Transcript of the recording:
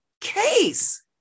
case